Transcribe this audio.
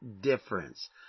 difference